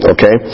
Okay